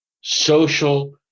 social